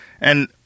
And-